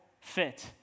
fit